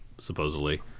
supposedly